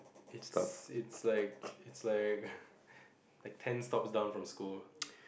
stuff